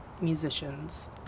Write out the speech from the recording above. musicians